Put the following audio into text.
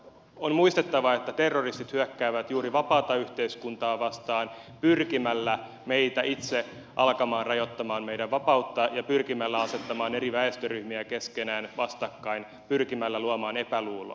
on muistettava että terroristit hyökkäävät juuri vapaata yhteiskuntaa vastaan pyrkimällä saamaan meidät itse alkamaan rajoittamaan meidän vapauttamme ja pyrkimällä asettamaan eri väestöryhmiä keskenään vastakkain pyrkimällä luomaan epäluuloa